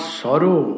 sorrow